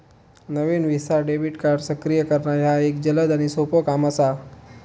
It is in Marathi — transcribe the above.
नवीन व्हिसा डेबिट कार्ड सक्रिय करणा ह्या एक जलद आणि सोपो काम असा